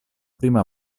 prima